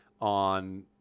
on